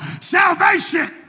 salvation